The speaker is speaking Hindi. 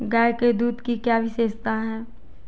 गाय के दूध की क्या विशेषता है?